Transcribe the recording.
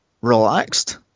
relaxed